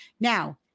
Now